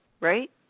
right